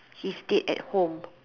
he's dead at home